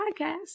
podcast